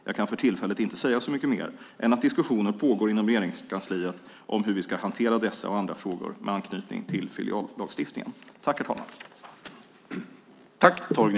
Jag kan för tillfället inte säga så mycket mer än att diskussioner pågår inom Regeringskansliet om hur vi ska hantera dessa och andra frågor med anknytning till filiallagstiftningen.